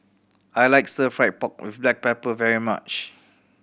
I like Stir Fried Pork With Black Pepper very much